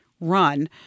run